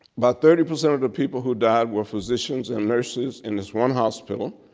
about thirty percent of the people who died were physicians and nurses in this one hospital.